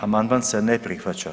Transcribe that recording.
Amandman se ne prihvaća.